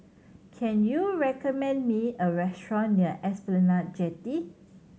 can you recommend me a restaurant near Esplanade Jetty